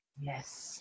Yes